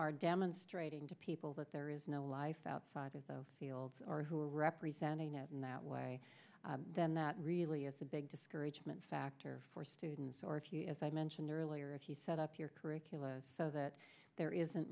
are demonstrating to people that there is no life outside of those fields or who are representing in that way then that really is a big discouragement factor for students or if you as i mentioned earlier if you set up your curricula so that there isn't